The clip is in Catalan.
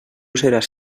seràs